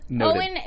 Owen